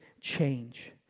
change